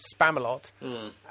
Spamalot